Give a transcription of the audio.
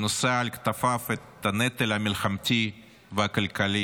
שנושא על כתפיו את הנטל המלחמתי והכלכלי,